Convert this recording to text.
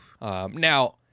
now